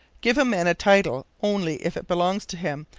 give a man a title only if it belongs to him,